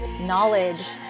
knowledge